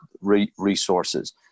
resources